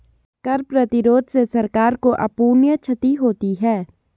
कर प्रतिरोध से सरकार को अपूरणीय क्षति होती है